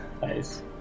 Nice